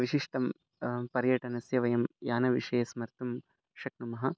विशिष्टं पर्यटनस्य वयं यानविषये स्मर्तुं शक्नुमः